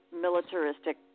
militaristic